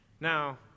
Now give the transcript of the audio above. Now